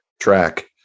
track